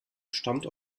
stammt